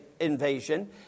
invasion